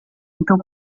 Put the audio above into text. então